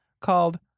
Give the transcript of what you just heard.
called